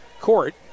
court